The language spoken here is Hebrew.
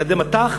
על-ידי מט"ח,